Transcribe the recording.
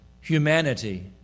humanity